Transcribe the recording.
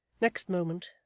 next moment,